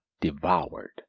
devoured